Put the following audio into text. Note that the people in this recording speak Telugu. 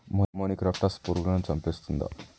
మొనిక్రప్టస్ పురుగులను చంపేస్తుందా?